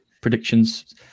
predictions